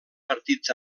partits